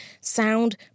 sound